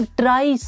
try